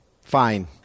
fine